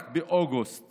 רק באוגוסט